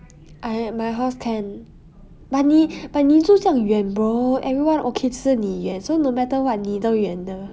I my house can but 你 but 你住这样远 bro everyone okay 是你 leh so no matter [what] 你都远的